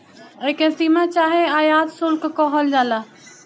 एके सीमा चाहे आयात शुल्क कहल जाला